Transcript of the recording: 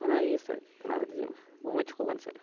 ᱦᱟᱱᱟ ᱤᱭᱟᱹ ᱥᱮᱫ ᱛᱮᱱᱟᱜ ᱨᱮ ᱫᱮᱡᱚᱜᱼᱢᱮ ᱵᱟᱜᱟᱱ ᱥᱮᱫ ᱨᱮ